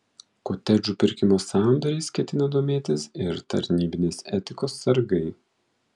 kotedžų pirkimo sandoriais ketina domėtis ir tarnybinės etikos sargai